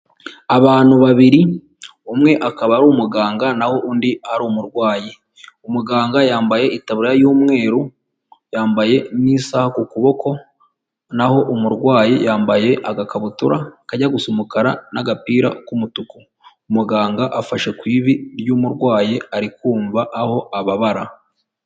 Abantu babiri umwe akaba ari umuganga naho undi ari umurwayi, umuganga yambaye itabura y'umweru, yambaye n'isaha ku kuboko naho umurwayi yambaye agakabutura kajya gu gusa umukara, n'agapira k'umutuku umuganga afashe ku ivi ry'umurwayi, ari kumva aho ababara.